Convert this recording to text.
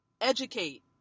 Educate